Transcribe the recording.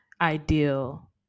ideal